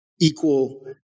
equal